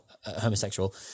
homosexual